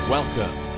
Welcome